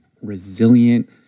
resilient